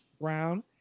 Brown